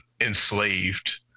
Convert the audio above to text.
enslaved